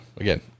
Again